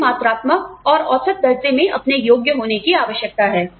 उन्हें मात्रात्मक और औसत दर्जे मे अपने योग्य होने की आवश्यकता है